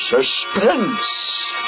Suspense